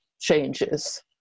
changes